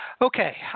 Okay